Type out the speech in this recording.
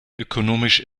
ökonomisch